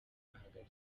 bahagaze